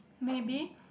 maybe